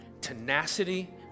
tenacity